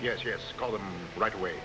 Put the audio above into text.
yes yes call them right away